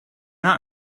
not